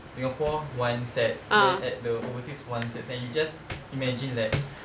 singapore one set then at the overseas one set and you just imagine that